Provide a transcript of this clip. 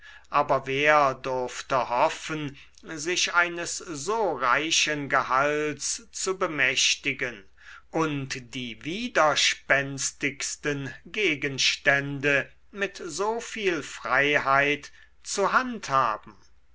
aber wer durfte hoffen sich eines so reichen gehalts zu bemächtigen und die widerspenstigsten gegenstände mit so viel freiheit zu handhaben